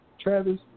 Travis